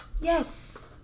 Yes